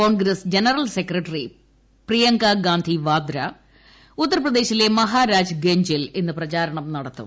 Congress general secretary Priyanka Gandhi Vadra ഉത്തർപ്രദേശിലെ മഹാരാജ് ഗഞ്ജിൽ ഇന്ന് പ്രചാരണം നടത്തും